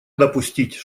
допустить